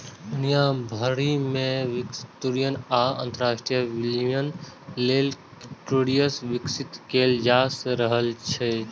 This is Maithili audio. दुनिया भरि मे वित्तपोषण आ अंतरराष्ट्रीय विनिमय लेल क्रिप्टोकरेंसी विकसित कैल जा रहल छै